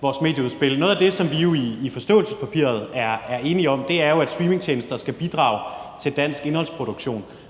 vores medieudspil. Noget af det, som vi i forståelsespapiret er enige om, er jo, at streamingtjenester skal bidrage til dansk indholdsproduktion.